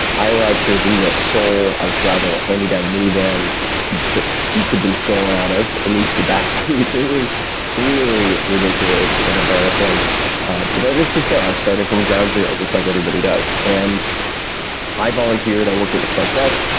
i arrived here, didn't know a soul. i was driving a hand-me-down minivan that the seats had been stolen out of, at least the back seats. it was really ridiculous and embarrassing. but that is to say, i was starting from ground zero, just like everybody does. and i volunteered. i worked at the front desk.